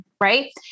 Right